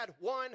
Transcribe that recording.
one